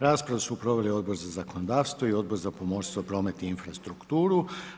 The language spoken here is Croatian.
Raspravu su proveli Odbor za zakonodavstvo i Odbor za pomorstvo, promet i infrastrukturu.